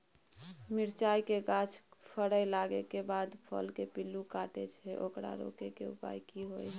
मिरचाय के गाछ फरय लागे के बाद फल में पिल्लू काटे छै ओकरा रोके के उपाय कि होय है?